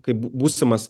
kaip būsimas